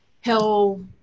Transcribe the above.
hell